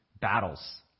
battles